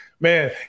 man